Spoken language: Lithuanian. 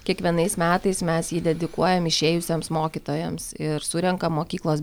kiekvienais metais mes jį dedikuojam išėjusiems mokytojams ir surenka mokyklos